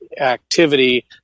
activity